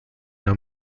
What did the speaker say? una